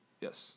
Yes